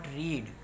read